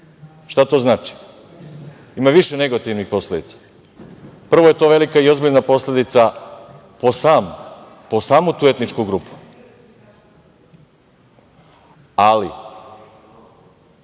šta to znači? Ima više negativnih posledica. Prvo, to je velika i ozbiljna posledica po samu tu etničku grupu, ali